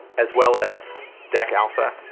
as well as dec alpha,